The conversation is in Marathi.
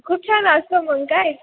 खूप छान असतं मग काय